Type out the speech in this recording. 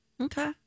Okay